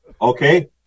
Okay